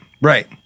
right